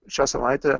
šią savaitę